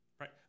right